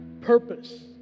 purpose